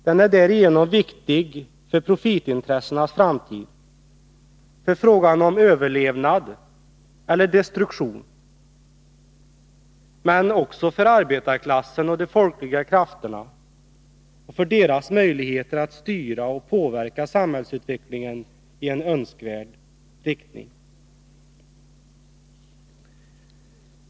Den är därigenom viktig för profitintressenas framtid, för frågan om överlevnad eller destruktion, men också för arbetarklassen och de folkliga krafterna och för deras möjligheter att styra och påverka samhällsutvecklingen i en önskvärd riktning.